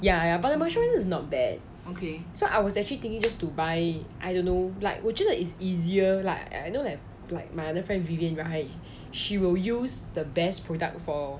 ya ya but the moisturizer is not bad okay so I was actually thinking just to buy I don't know like 我觉得 is easier like I no have like my other friend vivian right she will use the best product for